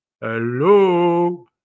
hello